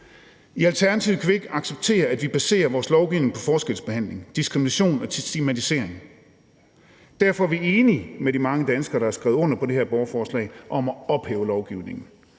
I Alternativet kan vi ikke acceptere, at vi baserer vores lovgivning på forskelsbehandling, diskrimination og stigmatisering. Derfor er vi enige med de mange danskere, der har skrevet under på det her borgerforslag om at ophæve lovgivningen,